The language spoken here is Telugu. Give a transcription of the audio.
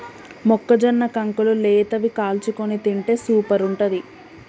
మొక్కజొన్న కంకులు లేతవి కాల్చుకొని తింటే సూపర్ ఉంటది